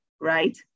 right